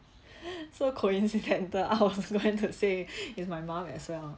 so coincidental I was going to say is my mom as well